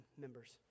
members